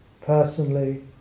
personally